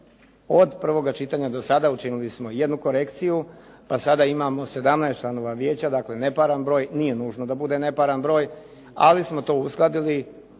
od prvoga čitanja do sada učinili smo jednu korekciju pa sada imamo 17 članova vijeća, dakle neparan broj. Nije nužno da bude neparan broj, ali smo to uskladili